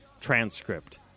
transcript